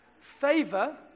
favor